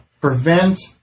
prevent